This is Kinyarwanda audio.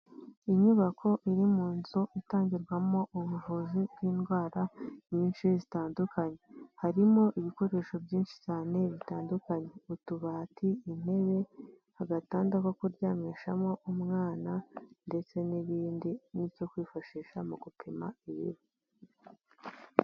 Inyubako iri mu nzu itangirwamo ubuvuzi bw'indwara nyinshi zitandukanye, harimo ibikoresho byinshi cyane bitandukanye utubati, intebe, gatanda ko kuryamishamo umwana ndetse n'ibindi n'ibyo kwifashisha mu gupima ibiro.